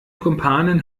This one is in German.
kumpanen